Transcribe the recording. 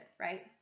right